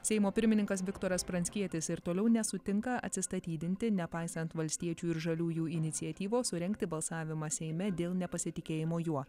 seimo pirmininkas viktoras pranckietis ir toliau nesutinka atsistatydinti nepaisant valstiečių ir žaliųjų iniciatyvos surengti balsavimą seime dėl nepasitikėjimo juo